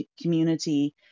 community